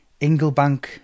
Inglebank